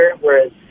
whereas